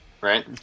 right